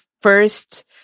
first